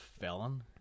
Felon